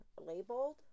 labeled